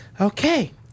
okay